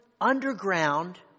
underground